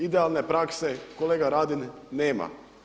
Idealne prakse kolega Radin nema.